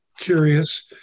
curious